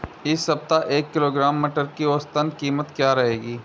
इस सप्ताह एक किलोग्राम मटर की औसतन कीमत क्या रहेगी?